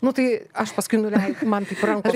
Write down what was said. nu tai aš paskui nulei man ranką